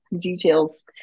details